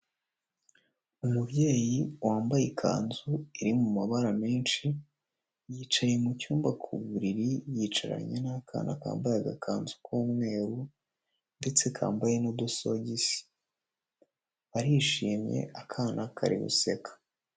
Umubyeyi wambaye ikanzu iri mu mabara menshi, yicaye mu cyumba ku buriri, yicaranye n'akana kambaye agakanzu k'umweru ndetse kambaye n'udusogisi, barishimye akana kari guseka.